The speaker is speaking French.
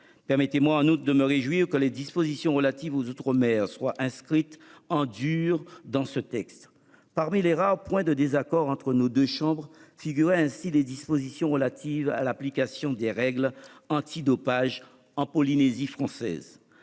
Permettez-moi, en outre, de me réjouir que les dispositions relatives aux outre-mer soient inscrites en dur dans le texte. Parmi les rares points de désaccord entre nos deux chambres figuraient les dispositions relatives à l'application des règles antidopage en Polynésie française.